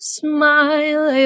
smile